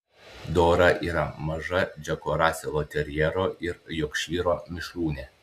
dora yra maža džeko raselo terjero ir jorkšyro mišrūnė